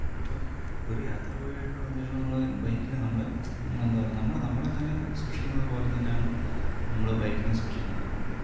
അപ്പോൾ ഒരു യാത്ര പോയിട്ട് വന്ന് കഴിയുമ്പോൾ നമ്മൾ ബൈക്കിന് നമ്മൾ നമ്മൾ എന്താണ് പറയുന്നത് നമ്മൾ നമ്മളെ തന്നെ സൂക്ഷിക്കുന്നത് പോലെ തന്നെയാണ് നമ്മൾ ബൈക്കിനെ സൂക്ഷിക്കുന്നത്